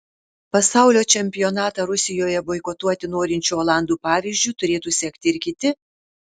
pasaulio čempionatą rusijoje boikotuoti norinčių olandų pavyzdžiu turėtų sekti ir kiti